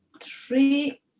three